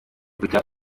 kujya